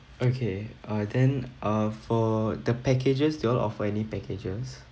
okay uh then uh for the packages do you all offer any packages